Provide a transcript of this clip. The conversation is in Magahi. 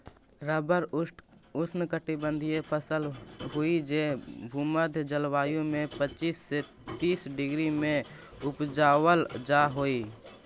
रबर ऊष्णकटिबंधी फसल हई जे भूमध्य जलवायु में पच्चीस से तीस डिग्री में उपजावल जा हई